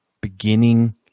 beginning